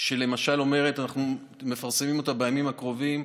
שלמשל אומרת, אנחנו מפרסמים אותה בימים הקרובים,